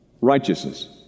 Righteousness